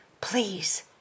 Please